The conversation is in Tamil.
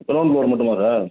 இத்தனோண்டு மட்டுமா சார்